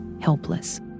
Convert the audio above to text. helpless